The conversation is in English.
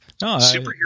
Superhero